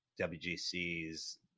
WGC's